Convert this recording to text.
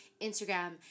Instagram